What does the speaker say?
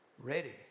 ready